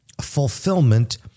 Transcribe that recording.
fulfillment